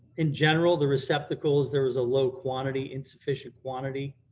in general, the receptacles there is a low quantity insufficient quantity,